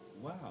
Wow